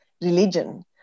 religion